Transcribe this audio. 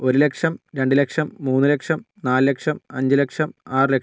ഒരു ലക്ഷം രണ്ട് ലക്ഷം മൂന്ന് ലക്ഷം നാല് ലക്ഷം അഞ്ച് ലക്ഷം ആറ് ലക്ഷം